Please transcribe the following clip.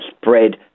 spread